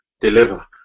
deliver